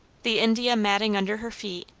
the india matting under her feet,